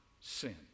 sin